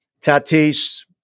Tatis